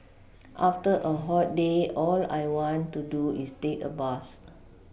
after a hot day all I want to do is take a bath